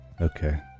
okay